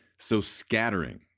so scattering.